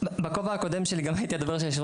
בכובע הקודם שלי גם הייתי הדובר של יושב